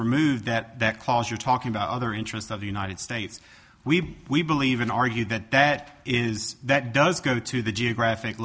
removed that that cause you're talking about other interests of the united states we we believe in argue that that is that does go to the geographic